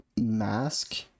mask